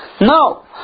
No